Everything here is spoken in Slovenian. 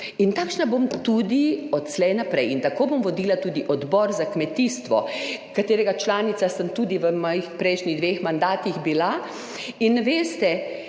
in takšna bom tudi odslej naprej in tako bom vodila tudi Odbor za kmetijstvo, katerega članica sem tudi v mojih prejšnjih dveh mandatih bila, in veste,